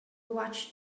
watch